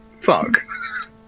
fuck